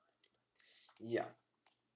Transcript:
ya